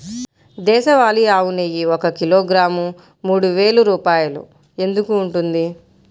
దేశవాళీ ఆవు నెయ్యి ఒక కిలోగ్రాము మూడు వేలు రూపాయలు ఎందుకు ఉంటుంది?